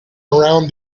around